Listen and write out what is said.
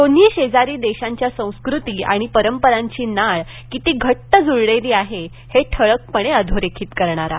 दोन्ही शेजारी देशांच्या संस्कृती आणि परंपरांची नाळ किती घट्ट जुळलेली आहे ते ठळकपणे अधोरेखित करणारा